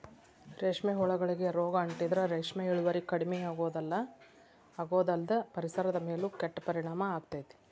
ರೇಷ್ಮೆ ಹುಳಗಳಿಗೆ ರೋಗ ಅಂಟಿದ್ರ ರೇಷ್ಮೆ ಇಳುವರಿ ಕಡಿಮಿಯಾಗೋದಲ್ದ ಪರಿಸರದ ಮೇಲೂ ಕೆಟ್ಟ ಪರಿಣಾಮ ಆಗ್ತೇತಿ